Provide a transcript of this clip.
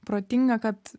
protinga kad